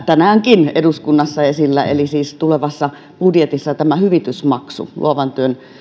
tänäänkin eduskunnassa esillä eli siis tulevassa budjetissa tämä hyvitysmaksu luovan työn